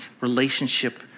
relationship